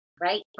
right